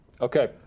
Okay